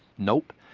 nope.